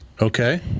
Okay